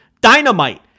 Dynamite